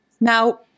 Now